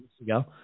ago